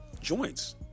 joints